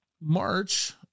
March